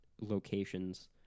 locations